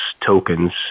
tokens